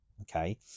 okay